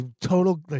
Total